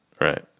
Right